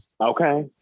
Okay